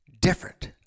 different